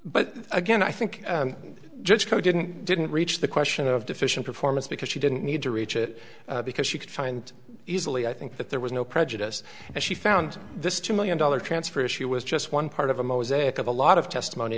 but again i think judge poe didn't didn't reach the question of deficient performance because she didn't need to reach it because she could find easily i think that there was no prejudice and she found this two million dollar transfer if she was just one part of a mosaic of a lot of testimony